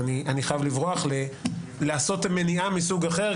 אני חייב לברוח לעשות מניעה מסוג אחר,